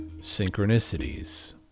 synchronicities